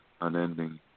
unending